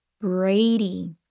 Brady